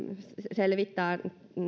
selvittää